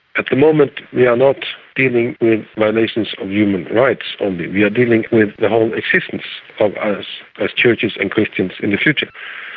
at the moment we are not dealing with violations of human rights only we are dealing with the whole existence of us as churches and christians in the future.